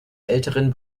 älteren